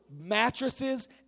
mattresses